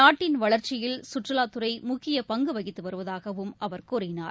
நாட்டின் வளர்ச்சியில் கற்றுலாத்துறைமுக்கியபங்குவகித்துவருவதாகவும் அவர் கூறினார்